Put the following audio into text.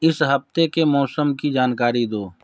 इस हफ़्ते के मौसम की जानकारी दो